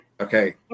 Okay